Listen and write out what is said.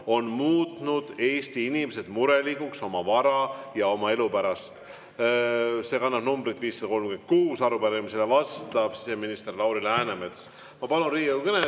on muutnud eesti inimesed murelikuks oma vara ja oma elu pärast. See kannab numbrit 536. Arupärimisele vastab siseminister Lauri Läänemets. Ma palun Riigikogu